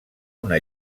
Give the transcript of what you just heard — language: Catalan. una